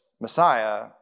Messiah